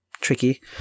tricky